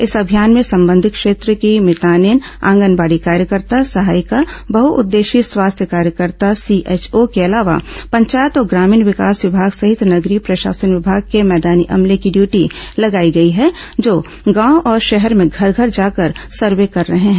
इस अभियान में संबंधित क्षेत्र की मितानिन आंगनबाडी कार्यकर्ता सहायिका बहउद्देशीय स्वास्थ्य कार्यकर्ता सीएचओ के अलावा पंचायत और ग्रामीण विकास विभाग सहित नगरीय प्रशासन विभाग के मैदानी अमले की ड्यूटी लगाई गई है जो गांव और शहर में घर घर जाकर सर्वे कर रहे हैं